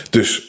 Dus